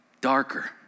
darker